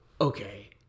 okay